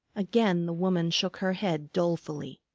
again the woman shook her head dolefully.